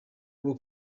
bwo